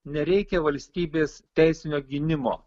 nereikia valstybės teisinio gynimo